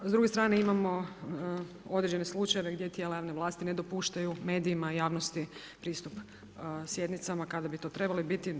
A s druge strane imamo određene slučajeve gdje tijela javne vlasti ne dopuštaju medijima i javnosti pristup sjednicama kada bi to trebale biti.